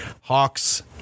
Hawks